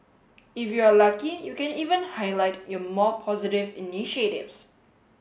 if you are lucky you can even highlight your more positive initiatives